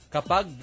Kapag